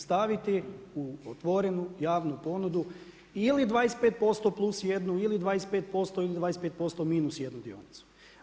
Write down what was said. Staviti u otvorenu javnu ponudu ili 25% plus 1 ili 25% ili 25% minus jednu dionicu.